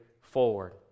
forward